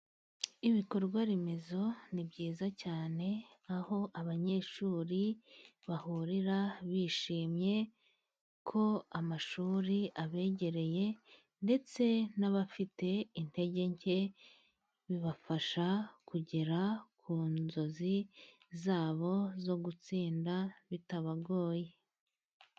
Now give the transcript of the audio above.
Ibikorwa remezo ni byiza cyane, aho abanyeshuri bahurira bishimye ko amashuri abegereye, ndetse n'abafite intege nke bibafasha kugera ku nzozi za bo, zo gutsinda bitabagoye.